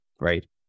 right